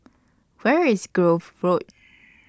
Where IS Grove Road